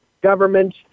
government